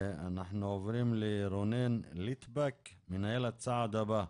אנחנו עוברים לרונן ליטבק מנהל "הצעד הבא",